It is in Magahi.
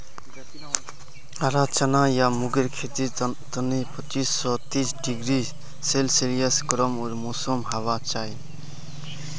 हरा चना या मूंगेर खेतीर तने पच्चीस स तीस डिग्री सेल्सियस गर्म मौसम होबा चाई